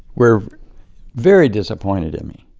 were very disappointed in me